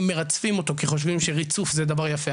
מרצפים אותו כי חושבים שריצוף זה דבר יפה,